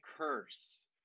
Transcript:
Curse